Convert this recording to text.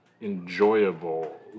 enjoyable